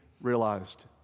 realized